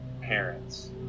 parents